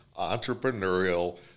entrepreneurial